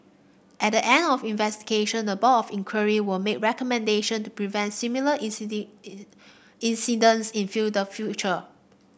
at the end of investigation the Board of Inquiry will make recommendation to prevent similar incidents in the future